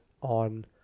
on